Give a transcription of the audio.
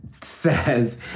says